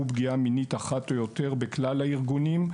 פגיעה מינית אחת או יותר בכלל הארגונים,